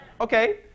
okay